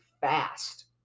fast